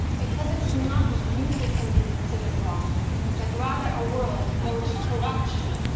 because it's not you who can be considered wrong but rather a world in which corruption,